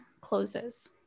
closes